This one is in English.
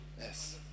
Yes